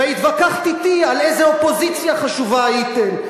והתווכחת אתי על איזו אופוזיציה חשובה הייתם,